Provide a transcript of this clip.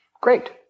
great